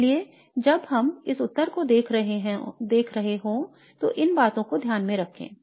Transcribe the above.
इसलिए जब हम इस उत्तर को देख रहे हों तो इन बातों को ध्यान में रखें